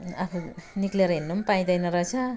आफू निक्लेर हिँड्नु पनि पाइँदैन रहेछ